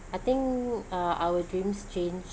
I think uh our dreams change